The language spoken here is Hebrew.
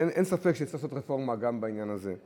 אין ספק שצריך לעשות רפורמה גם בעניין הזה.